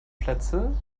plätze